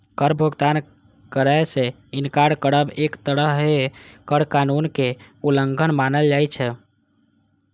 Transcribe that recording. कर भुगतान करै सं इनकार करब एक तरहें कर कानूनक उल्लंघन मानल जाइ छै